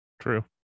True